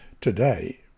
today